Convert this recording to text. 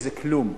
שזה כלום,